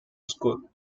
score